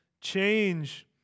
change